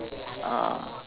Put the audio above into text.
oh